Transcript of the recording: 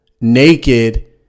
naked